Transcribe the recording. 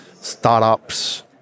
startups